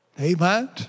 Amen